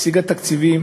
היא השיגה תקציבים,